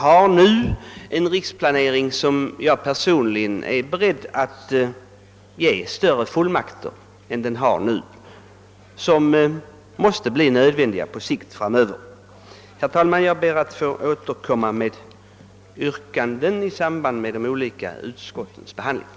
För denna riksplanering anser jag att det behövs mera vidsträckta fullmakter än de som finns nu. Det blir nödvändigt med hänsyn till den framtida utvecklingen. Herr talman! Jag ber att få återkomma med mina yrkanden i fråga om de olika utskottsutlåtandena.